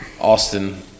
Austin